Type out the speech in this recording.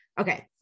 Okay